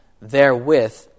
therewith